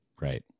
Right